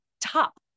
top